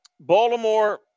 Baltimore